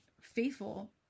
faithful